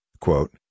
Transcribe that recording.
quote